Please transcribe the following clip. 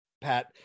Pat